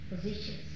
positions